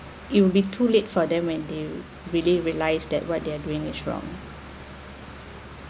it will be too late for them when they really realise that what they're doing is wrong